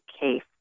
case